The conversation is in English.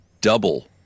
double